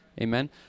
Amen